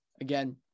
again